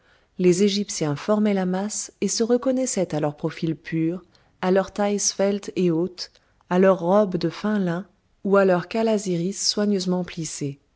les égyptiens formaient la masse et se reconnaissaient à leur profil pur à leur taille svelte et haute à leur robe de fin lin ou à leur calasiris soigneusement plissée